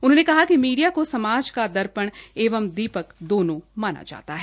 उन्होंने कहा कि मीडिया का समाज का दर्पण एवं दीपक दोनों माना जाता है